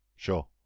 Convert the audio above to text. Sure